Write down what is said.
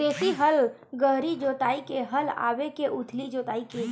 देशी हल गहरी जोताई के हल आवे के उथली जोताई के?